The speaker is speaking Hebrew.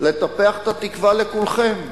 לטפח את התקווה לכולכם.